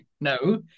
no